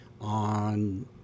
on